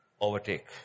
overtake